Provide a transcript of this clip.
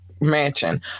mansion